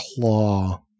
claw